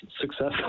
successful